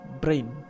brain